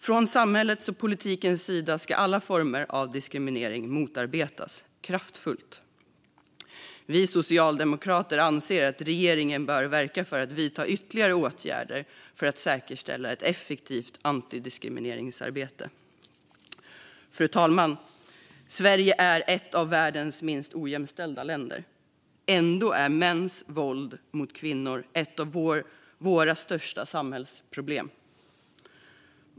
Från samhällets och politikens sida ska alla former av diskriminering motarbetas kraftfullt. Vi socialdemokrater anser att regeringen bör verka för och vidta ytterligare åtgärder för att säkerställa ett effektivt antidiskrimineringsarbete. Fru talman! Sverige är ett av världens minst ojämställda länder. Ändå är mäns våld mot kvinnor ett av våra största samhällsproblem.